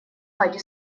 хади